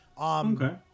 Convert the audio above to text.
okay